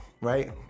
right